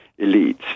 elites